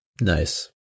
Nice